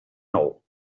nou